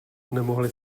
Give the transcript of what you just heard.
nemohli